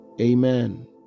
amen